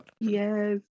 Yes